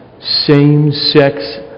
same-sex